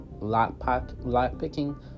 lockpicking